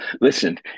Listen